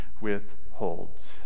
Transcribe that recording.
withholds